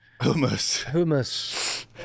hummus